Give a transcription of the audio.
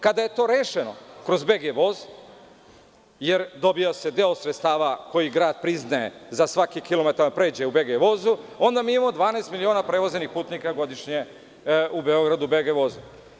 Kada je to rešeno kroz BG voz, jer dobija se deo sredstava koji grad priznaje za svaki kilometar koji pređe u BG vozu, onda mi imamo 12 miliona prevezenih putnika godišnje u BG voz.